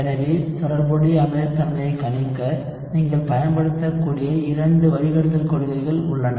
எனவே தொடர்புடைய அமிலத்தன்மையை கணிக்க நீங்கள் பயன்படுத்தக்கூடிய 2 வழிகாட்டுதல் கொள்கைகள் உள்ளன